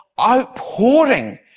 outpouring